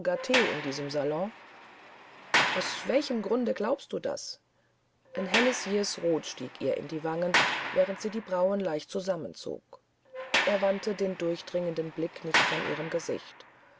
in diesem salon aus welchem grunde glaubst du das ein helles jähes rot stieg ihr in die wangen während sie die brauen leicht zusammenzog er wandte den durchdringenden blick nicht von ihrem gesicht